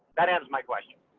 that and was my question.